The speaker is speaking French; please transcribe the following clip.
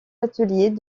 ateliers